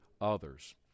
others